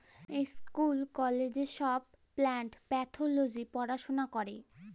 school কলেজে ছব plant pathology পড়াশুলা ক্যরে